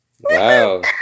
Wow